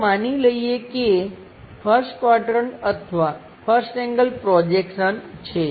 ચાલો માની લઈએ કે તે 1st ક્વાડ્રંટ અથવા 1st એંગલ પ્રોજેક્શન છે